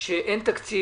במצב שבו אין תקציב.